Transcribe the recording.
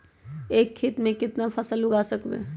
एक खेत मे केतना फसल उगाय सकबै?